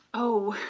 oh,